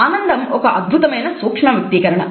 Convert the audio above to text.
ఆనందం ఒక అద్భుతమైన సూక్ష్మ వ్యక్తీకరణ